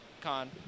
Con